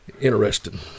interesting